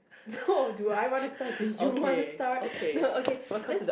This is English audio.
no do I want to start do you want to start no okay let's